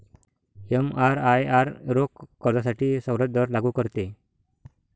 एमआरआयआर रोख कर्जासाठी सवलत दर लागू करते